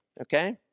Okay